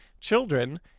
children